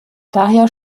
daher